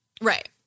Right